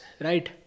right